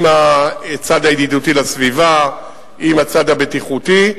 עם הצד הידידותי לסביבה, עם הצד הבטיחותי.